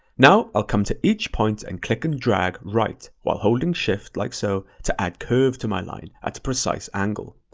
now, i'll come to each point and click and drag right while holding shift like so to add curve to my line at a precise angle.